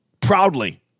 proudly